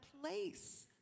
place